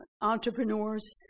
entrepreneurs